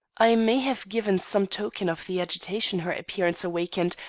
i may have given some token of the agitation her appearance awakened,